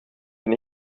bin